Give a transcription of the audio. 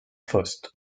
faust